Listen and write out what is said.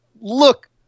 look